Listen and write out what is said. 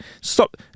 Stop